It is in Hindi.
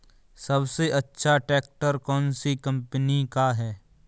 सबसे अच्छा ट्रैक्टर कौन सी कम्पनी का है?